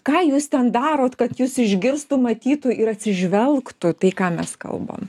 ką jūs ten darot kad jus išgirstų matytų ir atsižvelgtų tai ką mes kalbam